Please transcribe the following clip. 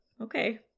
Okay